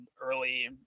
early